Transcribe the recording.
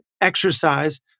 Exercise